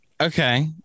Okay